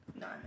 no